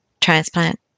transplant